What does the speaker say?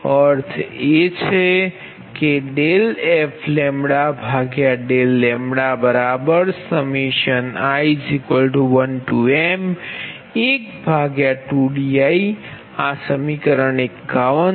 અર્થ એ કે ∂f∂λi1m12diઆ સમીકરણ 51 છે